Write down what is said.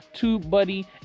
TubeBuddy